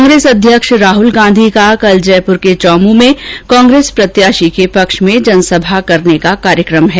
कांग्रेस अध्यक्ष राहुल गांधी का कल जयपुर के चौमू में कांग्रेस प्रत्याशी के पक्ष में जनसभा करने का कार्यक्रम है